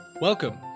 Welcome